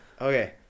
Okay